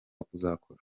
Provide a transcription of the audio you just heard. kuzakora